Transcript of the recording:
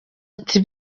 ati